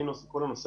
והיא הנושא הכלכלי.